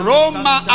Roma